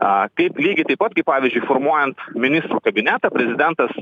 aaa lygiai taip pat kaip pavyzdžiui formuojant ministrų kabinetą prezidentas